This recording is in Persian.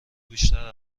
بیشتر